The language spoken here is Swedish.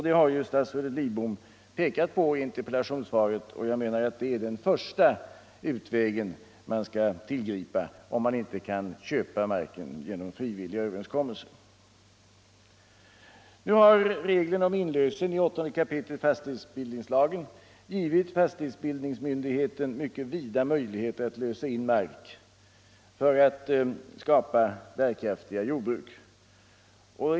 Det har ju statsrådet Lidbom pekat på i interpellationssvaret, och jag menar att det är den första utvägen man skall tillgripa om man inte kan köpa marken genom frivilliga överenskommelser. Nu har reglerna om inlösen i 8 kap. fastighetsbildningslagen givit fastighetsbildningsmyndigheten mycket vida möjligheter att lösa in mark för att skapa bärkraftiga jordbruk.